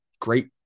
great